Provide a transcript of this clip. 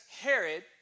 Herod